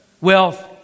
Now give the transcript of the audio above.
Wealth